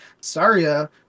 Saria